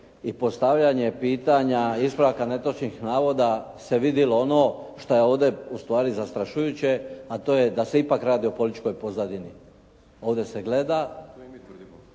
i postavljanje pitanja ispravka netočnih navoda se vidjelo ono što je ovdje ustvari zastrašujuće a to je da se ipak radi o političkoj pozadini. Ovdje se gleda